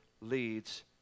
leads